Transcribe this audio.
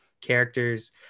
characters